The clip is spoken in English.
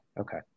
Okay